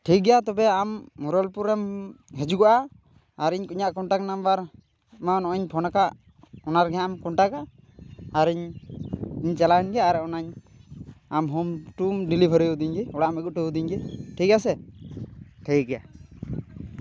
ᱴᱷᱤᱠ ᱜᱮᱭᱟ ᱛᱚᱵᱮ ᱟᱢ ᱢᱚᱨᱚᱞᱯᱩᱨ ᱨᱮᱢ ᱦᱤᱡᱩᱜᱚᱜᱼᱟ ᱟᱨ ᱤᱧᱟᱹᱜ ᱠᱚᱱᱴᱟᱠ ᱱᱟᱢᱵᱟᱨ ᱢᱟ ᱱᱚᱜᱼᱚᱭᱤᱧ ᱯᱷᱳᱱ ᱟᱠᱟᱫ ᱚᱱᱟ ᱨᱮᱜᱮ ᱦᱟᱸᱜᱼᱮᱢ ᱠᱚᱱᱴᱟᱠᱟ ᱟᱨᱤᱧ ᱪᱟᱞᱟᱣᱮᱱ ᱜᱮ ᱟᱨ ᱚᱱᱟᱧ ᱟᱢ ᱦᱚᱢ ᱴᱩᱢ ᱰᱮᱞᱤᱵᱷᱟᱨᱤᱭᱫᱤᱧ ᱜᱮ ᱚᱲᱟᱜ ᱮᱢ ᱟᱹᱜᱩ ᱦᱚᱴᱚᱣᱫᱤᱧ ᱜᱮ ᱴᱷᱤᱠ ᱟᱥᱮ ᱴᱷᱤᱠ ᱜᱮᱭᱟ